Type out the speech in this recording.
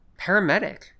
paramedic